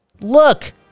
Look